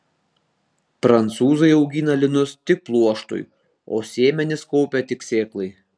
prancūzai augina linus tik pluoštui o sėmenis kaupia tik sėklai